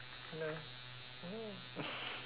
no mm